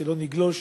שלא נגלוש